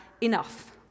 enough